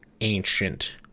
ancient